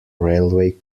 railway